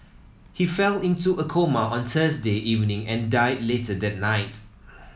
he fell into a coma on Thursday evening and died later that night